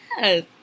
Yes